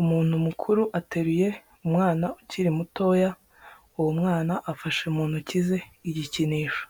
Umuntu mukuru ateruye umwana ukiri mutoya uwo mwana afashe mu ntoki ze igikinisho.